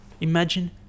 Imagine